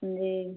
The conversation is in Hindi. जी